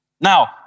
Now